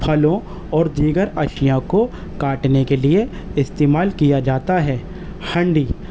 پھلوں اور دیگر اشیا کو کاٹنے کے لیے استعمال کیا جاتا ہے ہنڈی